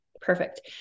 Perfect